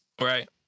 right